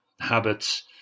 habits